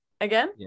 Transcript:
again